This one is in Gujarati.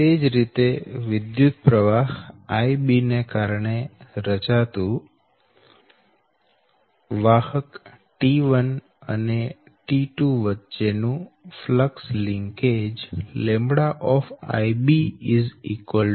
તે જ રીતે વિધુતપ્રવાહ Ib ને કારણે રચાતું વાહક T1 અને T2 વચ્ચે ના ફ્લક્સ લિંકેજ 0